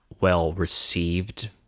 well-received